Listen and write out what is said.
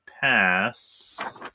pass